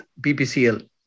BPCL